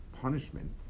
punishment